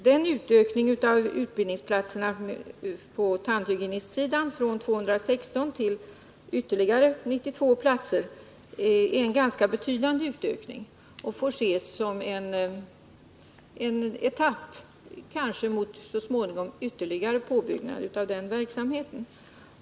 Den utökning från 216 utbildningsplatser med ytterligare 92 till 308 platser som görs på tandhygienistsidan är ganska betydande. Den får kanske ses som en etapp mot ytterligare påbyggnad så småningom av den verksamheten.